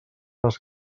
les